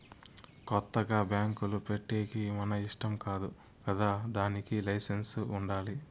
కొత్తగా బ్యాంకులు పెట్టేకి మన ఇష్టం కాదు కదా దానికి లైసెన్స్ ఉండాలి